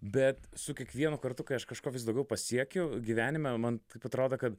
bet su kiekvienu kartu kai aš kažko vis daugiau pasiekiu gyvenime man atrodo kad